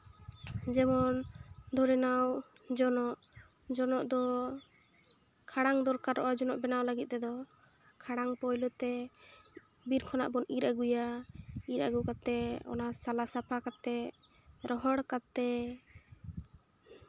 ᱡᱮᱢᱚᱱ ᱫᱷᱚᱨᱮ ᱱᱟᱣ ᱡᱚᱱᱚᱜ ᱡᱚᱱᱚᱜ ᱫᱚ ᱠᱷᱟᱲᱟᱝ ᱫᱚᱨᱠᱟᱨᱚᱜᱼᱟ ᱡᱚᱱᱚᱜ ᱵᱮᱱᱟᱣ ᱞᱟᱹᱜᱤᱫ ᱛᱮᱫᱚ ᱠᱷᱟᱲᱟᱝ ᱯᱳᱭᱞᱚ ᱛᱮ ᱵᱤᱨ ᱠᱷᱚᱱᱟᱜ ᱵᱚᱱ ᱤᱨ ᱟᱹᱜᱩᱭᱟ ᱤᱨ ᱟᱹᱜᱩ ᱠᱟᱛᱮ ᱚᱱᱟ ᱥᱟᱞᱟ ᱥᱟᱯᱷᱟ ᱠᱟᱛᱮ ᱨᱚᱦᱚᱲ ᱠᱟᱛᱮ